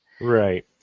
Right